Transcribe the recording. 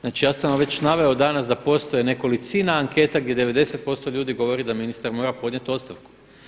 Znači ja sam vam već naveo danas da postoje nekolicina anketa gdje 90% ljudi govori da ministar mora podnijeti ostavku.